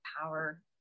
Power